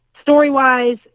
story-wise